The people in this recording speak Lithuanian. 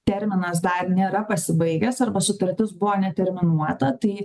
terminas dar nėra pasibaigęs arba sutartis buvo neterminuota tai